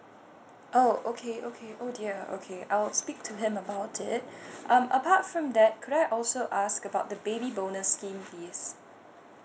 oh okay okay oh dear okay I'll speak to him about it um apart from that could I also ask about the baby bonus scheme please